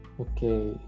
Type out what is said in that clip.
Okay